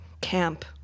camp